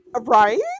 Right